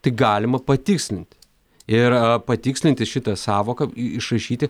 tai galima patikslint ir patikslinti šitą sąvoką išrašyti